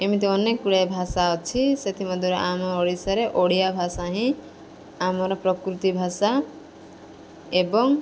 ଏମିତି ଅନେକ ଗୁଡ଼ିଏ ଭାଷା ଅଛି ସେଥିମଧ୍ୟରୁ ଆମ ଓଡ଼ିଶାରେ ଓଡ଼ିଆ ଭାଷା ହିଁ ଆମର ପ୍ରକୃତି ଭାଷା ଏବଂ